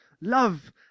love